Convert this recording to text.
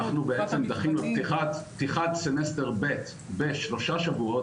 אנחנו דחינו את פתיחת סמסטר ב' בשלושה שבועות